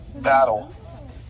battle